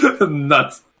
Nuts